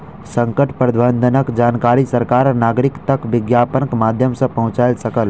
संकट प्रबंधनक जानकारी सरकार नागरिक तक विज्ञापनक माध्यम सॅ पहुंचा सकल